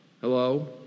hello